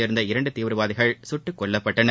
சேர்ந்த இரண்டு தீவிரவாதிகள் சுட்டுக்கொல்லப்பட்டனர்